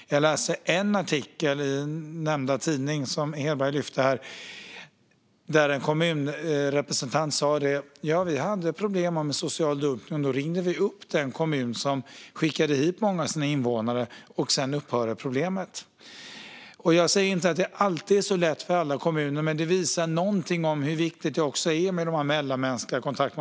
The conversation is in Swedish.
Jag läste en artikel i tidningen som Peter Hedberg nämnde där en kommunrepresentant sa att de hade haft problem med social dumpning, men att de upphörde efter det att man ringt upp den kommun som skickat dit många av sina invånare. Jag säger inte att det alltid är så lätt för alla kommuner, men det visar ändå på något av hur viktigt det är med mellanmänskliga kontakter.